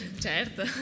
certo